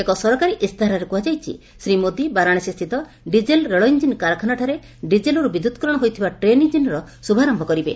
ଏକ ସରକାରୀ ଇସ୍ତାହାରରେ କୁହାଯାଇଛି ଶ୍ରୀ ମୋଦୀ ବାରଣାସୀ ସ୍ଥିତ ଡିକେଲ ରେଳଇଞ୍ଜିନ କାରଖାନାଠାରେ ଡିକେଲରୁ ବିଦ୍ୟୁତକରଣ ହୋଇଥିବା ଟ୍ରେନ ଇଞ୍ଜିନର ଶ୍ରଭାରମ୍ଭ କରିବେ